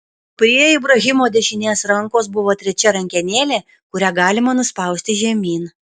prie ibrahimo dešinės rankos buvo trečia rankenėlė kurią galima nuspausti žemyn